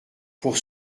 pour